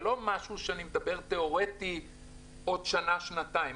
זה לא משהו תאורטי שיקרה עוד שנה-שנתיים.